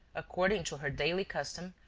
according to her daily custom,